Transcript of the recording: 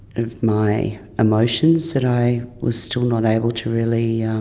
of my emotions that i was still not able to really